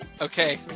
Okay